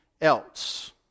else